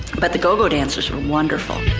but the go-go dancers were wonderful.